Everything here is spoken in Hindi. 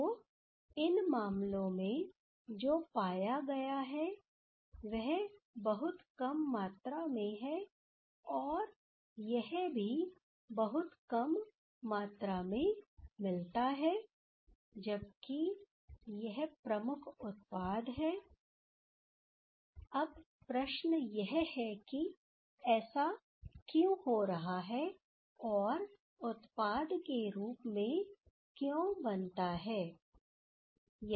तो इन मामलों में जो पाया गया है यह बहुत कम मात्रा में है और यह भी बहुत कम मात्रा में मिलता है जबकि यह प्रमुख उत्पाद है अब प्रश्न यह है कि ऐसा क्यों हो रहा है और उत्पाद के रूप में क्यों बनता है